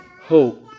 hope